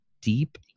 deep